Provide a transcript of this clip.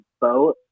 boat